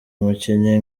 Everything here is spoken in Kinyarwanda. umukinnyi